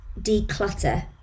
declutter